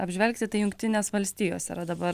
apžvelgti tai jungtinės valstijos yra dabar